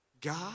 God